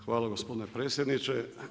Hvala gospodine predsjedniče.